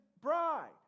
bride